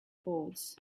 boards